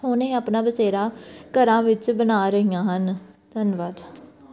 ਹੁਣ ਇਹ ਆਪਣਾ ਬਸੇਰਾ ਘਰਾਂ ਵਿੱਚ ਬਣਾ ਰਹੀਆਂ ਹਨ ਧੰਨਵਾਦ